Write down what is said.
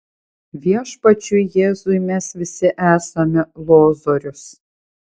viešpačiui jėzui mes visi esame lozorius